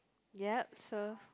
yep so